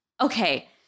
Okay